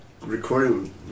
recording